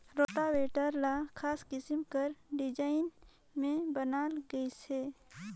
rotavator ल खास किसम कर डिजईन में बनाल गइसे